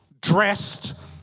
dressed